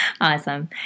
Awesome